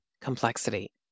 complexity